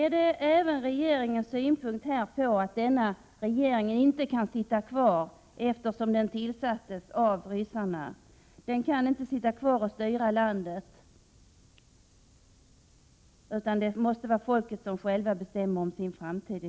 Är det även den svenska regeringens synpunkt att denna regering inte kan sitta kvar, eftersom den tillsattes av ryssarna, dvs. att den nuvarande regeringen i landet inte kan sitta kvar och styra landet, utan att det måste vara folket självt som i fria val bestämmer om sin framtid?